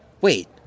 wait